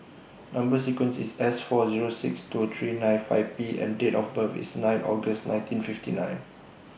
Number sequence IS S four Zero six two three nine five P and Date of birth IS nine August nineteen fifty nine